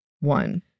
one